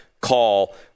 call